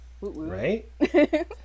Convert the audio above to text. Right